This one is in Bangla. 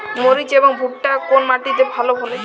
মরিচ এবং ভুট্টা কোন মাটি তে ভালো ফলে?